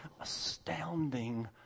astounding